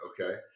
okay